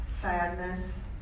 sadness